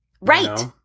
Right